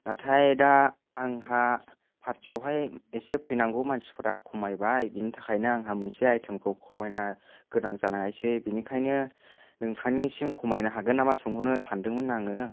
नाथाय दा आंहा फारथियावहाय एसे फैनांगौ मानसिफोरा खमायबाय बिनि थाखायनो आंहा मोनसे आइथेमखौ खमायना गोनां जानायसै बिनिखायनो नोंथांनिसिम खमायनो हागोन नामा सोंहरनो सान्दोंमोन आङो